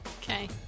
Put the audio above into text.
Okay